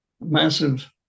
massive